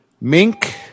Mink